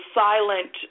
silent